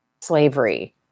Slavery